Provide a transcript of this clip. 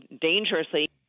dangerously